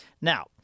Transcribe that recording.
Now